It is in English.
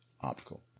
Optical